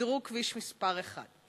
שדרוג כביש מס' 1: